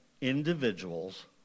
individuals